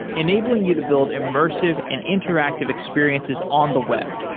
enabling you to build immersive and interactive experiences on the web,